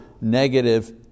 negative